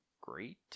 great